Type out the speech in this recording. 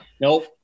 Nope